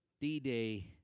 D-Day